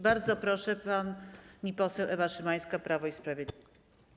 Bardzo proszę, pani poseł Ewa Szymańska, Prawo i Sprawiedliwość.